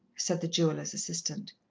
said the jeweller's assistant.